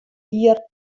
jier